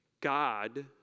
God